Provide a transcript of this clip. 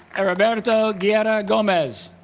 heriberto guerra gomez